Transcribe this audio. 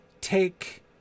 take